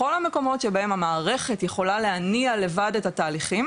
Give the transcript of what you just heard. בכל המקומות שבהם המערכת יכולה להניע לבד את התהליכים